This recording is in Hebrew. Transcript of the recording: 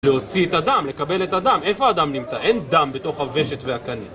להוציא את הדם, לקבל את הדם. איפה הדם נמצא? אין דם בתוך הוושט והקנה